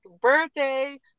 birthday